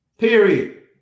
Period